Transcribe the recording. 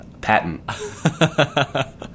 Patent